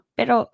pero